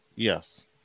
Yes